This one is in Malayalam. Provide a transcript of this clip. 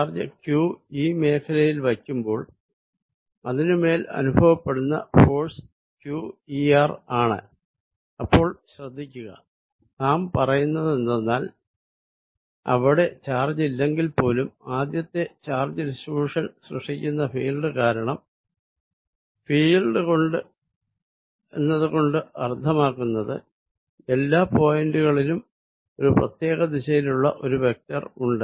ചാർജ് q ഈ മേഖലയിൽ വയ്ക്കുമ്പോൾ അതിനുമേൽ അനുഭവപ്പെടുന്ന ഫോഴ്സ് qEr ആണ് അപ്പോൾ ശ്രദ്ധിക്കുക നാം പറയുന്നതെന്തെന്നാൽ അവിടെ ചാർജ് ഇല്ലെങ്കിൽപ്പോലും ആദ്യത്തെ ചാർജ് ഡിസ്ട്രിബ്യുഷൻ സൃഷ്ടിക്കുന്ന ഫീൽഡ് കാരണം ഫീൽഡ് എന്നതുകൊണ്ട് അർത്ഥമാക്കുന്നത് എല്ലാ പോയിന്റുകളിലും ഒരു പ്രത്യേക ദിശയിലുള്ള ഒരു വെക്ടർ ഉണ്ട്